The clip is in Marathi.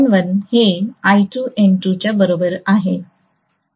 I1 N1 हे I2N2 च्या बरोबर आहे